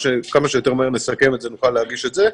כמה שיותר מהר נסכם את זה נוכל להגיש את זה.